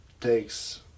takes